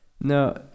No